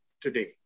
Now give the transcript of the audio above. today